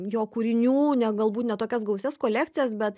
jo kūrinių ne galbūt ne tokias gausias kolekcijas bet